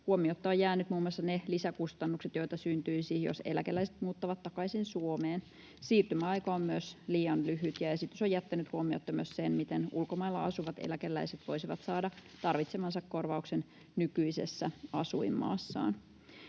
Huomiotta ovat jääneet muun muassa ne lisäkustannukset, joita syntyisi, jos eläkeläiset muuttavat takaisin Suomeen. Myös siirtymäaika on liian lyhyt, ja esitys on jättänyt huomiotta myös sen, miten ulkomailla asuvat eläkeläiset voisivat saada tarvitsemansa korvauksen nykyisessä asuinmaassaan.